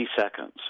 seconds